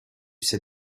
sais